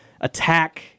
attack